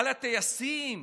על הטייסים?